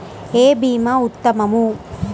ఏ భీమా ఉత్తమము?